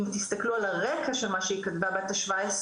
אם תסתכלו על הרקע של מה שהיא כתבה בת ה-17,